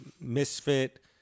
misfit